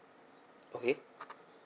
okay